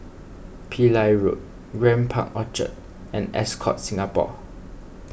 Pillai Road Grand Park Orchard and Ascott Singapore